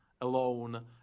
alone